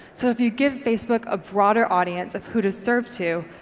so if you give facebook a broader audience of who to serve to,